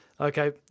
Okay